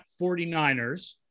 49ers